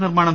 നിർമ്മാണം